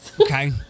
Okay